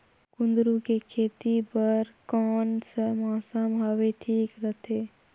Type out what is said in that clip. कुंदूरु के खेती बर कौन सा मौसम हवे ठीक रथे?